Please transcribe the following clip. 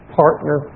partner